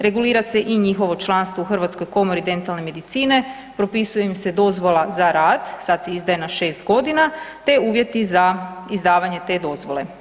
Regulira se i njihovo članstvo u Hrvatskoj komori dentalne medicine, propisuje im se dozvola za rad, sad se izdaje na šest godina te uvjeti za izdavanje te dozvole.